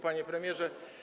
Panie Premierze!